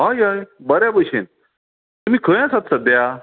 हय हय बऱ्या बशेन तुमी खंय आसात सद्या